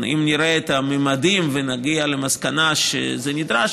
אם נראה את הממדים ונגיע למסקנה שזה נדרש,